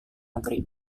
negeri